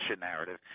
narrative